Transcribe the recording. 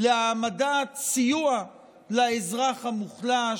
להעמדת סיוע לאזרח המוחלש,